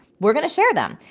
we're going to share them.